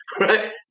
Right